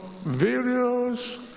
various